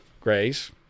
Grace